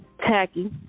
Tacky